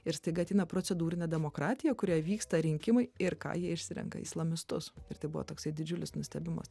ir staiga ateina procedūrinė demokratija kurioje vyksta rinkimai ir ką jie išsirenka islamistus ir tai buvo toksai didžiulis nustebimas